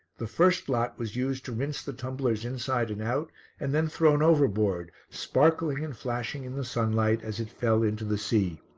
the first lot was used to rinse the tumblers inside and out and then thrown overboard, sparkling and flashing in the sunlight as it fell into the sea.